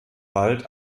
wald